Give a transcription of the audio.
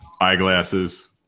eyeglasses